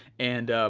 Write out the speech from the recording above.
and,